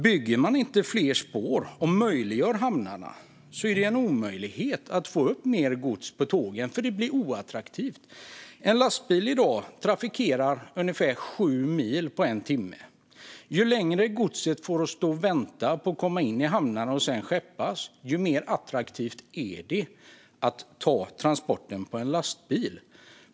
Bygger man inte fler spår och möjliggör hamnarna är det ju en omöjlighet att få upp mer gods på tågen, för det blir oattraktivt. En lastbil trafikerar i dag ungefär 7 mil på en timme. Ju längre godset får stå och vänta på att komma in i hamnarna och skeppas ut, desto attraktivare blir det att ta transporten på lastbil.